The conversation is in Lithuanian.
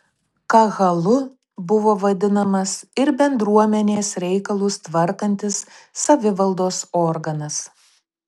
kahalu buvo vadinamas ir bendruomenės reikalus tvarkantis savivaldos organas